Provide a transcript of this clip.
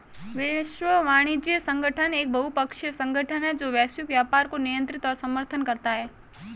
विश्व वाणिज्य संगठन एक बहुपक्षीय संगठन है जो वैश्विक व्यापार को नियंत्रित और समर्थन करता है